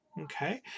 Okay